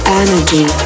energy